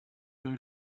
going